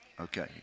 Okay